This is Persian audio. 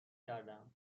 کردم